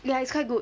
ya it's quite good